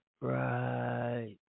right